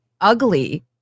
ugly